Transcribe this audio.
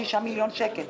שישה מיליון שקל.